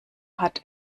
hat